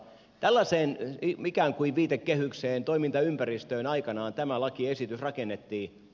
tällaiseen ikään kuin viitekehykseen toimintaympäristöön aikanaan tämä lakiesitys rakennettiin